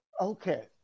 Okay